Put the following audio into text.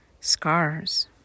scars